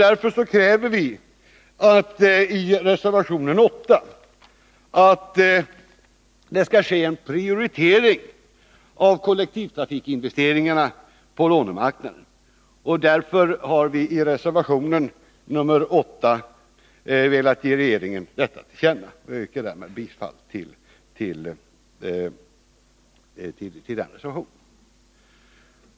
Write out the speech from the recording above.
Därför kräver vi i reservation 8 att det skall ske en prioritering av kollektivtrafikinvesteringarna på lånemarknaden, och vi yrkar att detta skall ges regeringen till känna. Jag yrkar bifall till reservation 8.